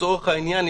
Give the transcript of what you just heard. לצורך העניין,